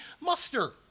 muster